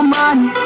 money